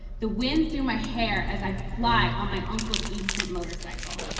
the wind through my hair as i fly on my uncle's ancient motorcycle.